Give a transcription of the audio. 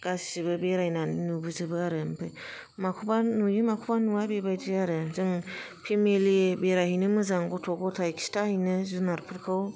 गासिबो बेरायनानै नुबोजोबो आरो ओमफ्राय माखौबा नुयो माखौबा नुवा बेबायदि आरो जों फेमेलि बेरायहैनो मोजां गथ' गथाय खिथाहैनो जुनादफोरखौ